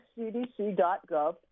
CDC.gov